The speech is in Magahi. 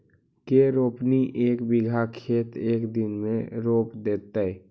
के रोपनी एक बिघा खेत के एक दिन में रोप देतै?